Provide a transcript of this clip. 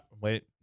Wait